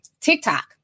TikTok